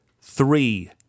Three